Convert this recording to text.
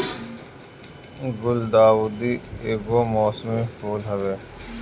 गुलदाउदी एगो मौसमी फूल हवे